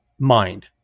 mind